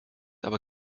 aber